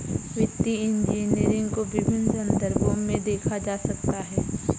वित्तीय इंजीनियरिंग को विभिन्न संदर्भों में देखा जा सकता है